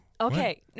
Okay